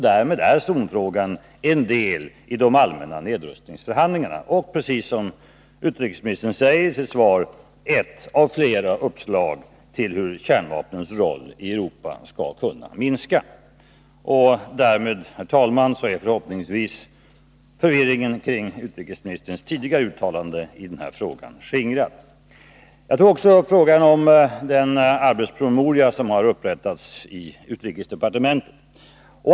Därmed är zonfrågan en del i de allmänna nedrustningsförhandlingarna — och, precis som utrikesministern säger i sitt svar, ett av flera uppslag till hur kärnvapnens roll i Europa skall kunna minskas. Därmed, herr talman, är förhoppningsvis förvirringen kring utrikesministerns tidigare uttalanden i denna fråga skingrad. Jag tog också upp frågan om den arbetspromemoria som har upprättats i utrikesdepartementet.